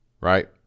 Right